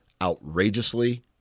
outrageously